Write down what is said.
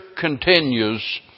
continues